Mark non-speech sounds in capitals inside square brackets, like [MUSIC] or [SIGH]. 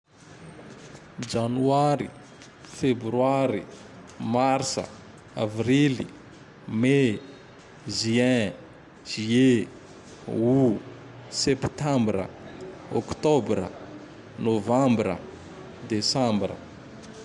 !!!!!janoary, [NOISE] febroary, [NOISE] marsa, [NOISE] avrily, [NOISE] mai, [NOISE] juin, [NOISE] juillet, [NOISE] août, [NOISE] septambre, [NOISE] octobra, [NOISE] novambra, [NOISE] desambra.